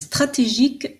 stratégique